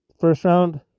first-round